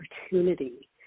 opportunity